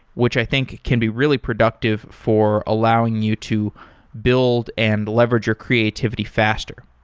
which i think can be really productive for allowing you to build and leverage your creativity faster.